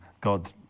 God